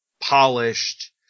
polished